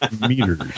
meters